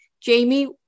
Jamie